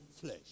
flesh